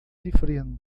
diferentes